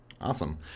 awesome